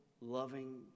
loving